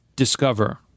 discover